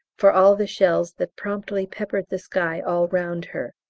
for all the shells that promptly peppered the sky all round her.